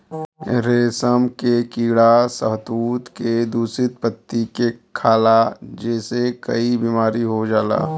रेशम के कीड़ा शहतूत के दूषित पत्ती के खाला जेसे कई बीमारी हो जाला